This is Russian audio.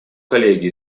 коллеги